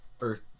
Earth